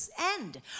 end